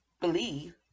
believe